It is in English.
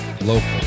local